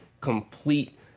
complete